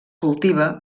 cultiva